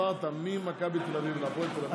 אם עברת ממכבי תל אביב להפועל תל אביב,